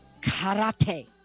karate